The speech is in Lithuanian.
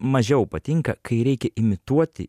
mažiau patinka kai reikia imituoti